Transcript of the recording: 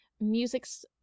musics